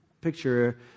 picture